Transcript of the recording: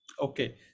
Okay